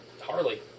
Harley